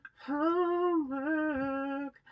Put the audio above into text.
Homework